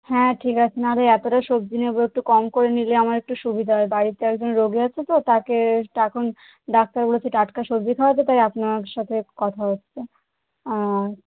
হ্যাঁ ঠিক আছে নাহলে এতোটা সবজি নেবো একটু কম করে নিলে আমার একটু সুবিধা হয় বাড়িতে একজন রোগী আছে তো তাকে তো এখন ডাক্তার বলেছে টাটকা সবজি খাওয়াতে তাই আপনার সাথে কথা হচ্ছে ও